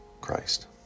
Christ